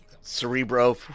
cerebro